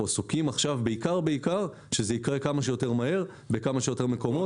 עסוקים עכשיו בעיקר שזה יקרה כמה שיותר מהר בכמה שיותר מקומות.